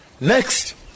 next